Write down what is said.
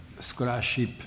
scholarship